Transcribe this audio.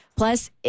Plus